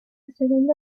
segunda